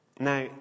Now